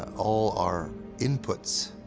all are inputs.